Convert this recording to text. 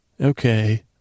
Okay